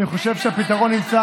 אני חושב שהפתרון נמצא